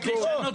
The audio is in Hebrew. לירות.